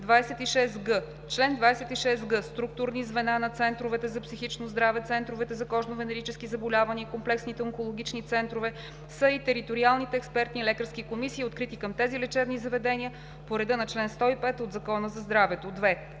26г: „Чл. 26г. Структурни звена на центровете за психично здраве, центровете за кожно-венерически заболявания и комплексните онкологични центрове са и териториалните експертни лекарски комисии, открити към тези лечебни заведения по реда на чл. 105 от Закона за здравето.“